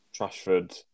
Trashford